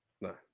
no